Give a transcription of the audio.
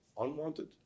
Unwanted